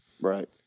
Right